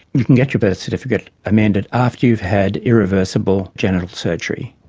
you can get your birth certificate amended after you've had irreversible genital surgery.